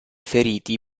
feriti